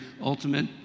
ultimate